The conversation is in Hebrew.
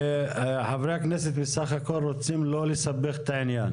חברי הכנסת בסך הכל רוצים לא לסבך את העניין.